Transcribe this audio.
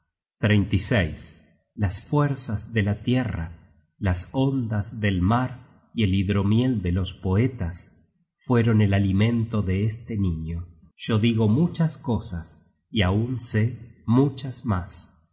atla y jaernsaxa las fuerzas de la tierra las ondas del mar y el hidromiel de los poetas fueron el alimento de este niño yo digo muchas cosas y aun sé muchas mas